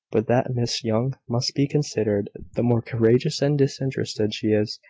but that miss young must be considered. the more courageous and disinterested she is,